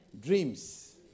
Dreams